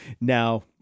Now